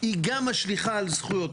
היא גם משליכה על זכויות,